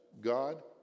God